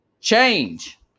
change